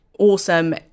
awesome